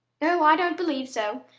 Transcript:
oh, i don't believe so.